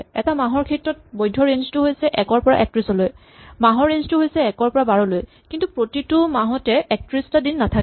এটা মাহৰ ক্ষেত্ৰত দিনৰ বৈধ্য ৰেঞ্জ টো হৈছে ১ ৰ পৰা ৩১ লৈ মাহৰ ৰেঞ্জ টো হৈছে ১ ৰ পৰা ১২ লৈ কিন্তু প্ৰতিটো মাহতে ৩১ টা দিন নাথাকে